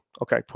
Okay